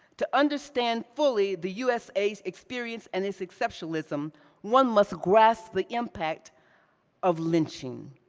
to understand fully the usa's experience and its exceptionalism one must grasp the impact of lynching.